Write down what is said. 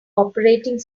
operating